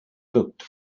cooked